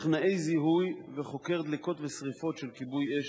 טכנאי זיהוי וחוקר דלקות ושרפות של כיבוי-אש,